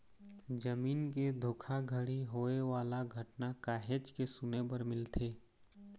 जमीन के धोखाघड़ी होए वाला घटना काहेच के सुने बर मिलथे